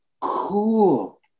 cool